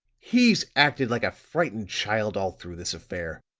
he's acted like a frightened child all through this affair.